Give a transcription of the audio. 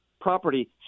property